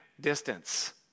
distance